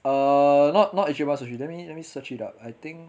err not not ichiban sushi let me let me search it up I think